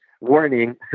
Warning